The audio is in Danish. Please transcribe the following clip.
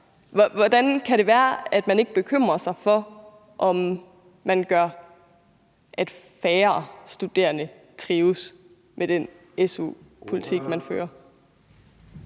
Hvordan kan det være, at man ikke bekymrer sig for, om man gør det sådan med den su-politik, man fører,